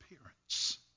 appearance